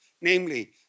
Namely